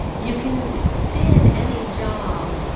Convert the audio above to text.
you can spin any job.